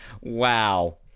Wow